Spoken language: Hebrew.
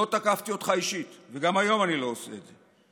לא תקפתי אותך אישית, וגם היום אני לא עושה את זה,